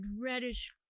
reddish